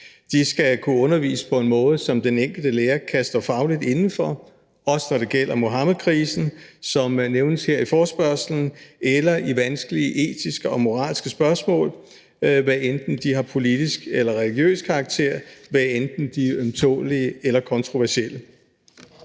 De skal kunne undervise på en måde, som den enkelte lærer kan stå fagligt inde for, også når det gælder Muhammedkrisen, som nævnes her i forespørgslen, eller i vanskelige etiske og moralske spørgsmål, hvad enten de har politisk eller religiøs karakter, hvad enten de er ømtålelige eller kontroversielle.